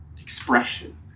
expression